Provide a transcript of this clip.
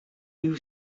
you